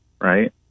right